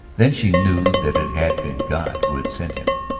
then she knew that it had been god who had sent him.